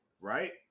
right